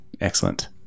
Excellent